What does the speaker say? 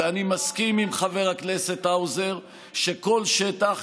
ואני מסכים עם חבר הכנסת האוזר שכל שטח,